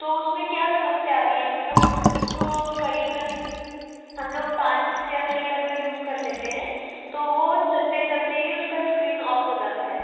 तो उसमें क्या समस्या आ रही हैं मतलब उस उसको क़रीबन हम लोग पाँच से छः मिनट अगर यूज़ कर लेते हैं तो वो चलते चलते ही उसका इस्क्रीन ऑफ हो जाता है